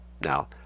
Now